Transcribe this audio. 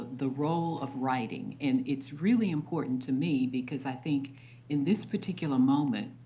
the role of writing, and it's really important to me because i think in this particular moment,